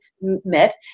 met